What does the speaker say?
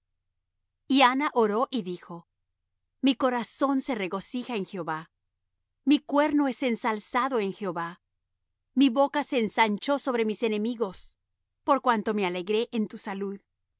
y anna oró y dijo mi corazón se regocija en jehová mi cuerno es ensalzado en jehová mi boca se ensanchó sobre mis enemigos por cuanto me alegré en tu salud